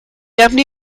abney